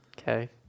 Okay